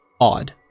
odd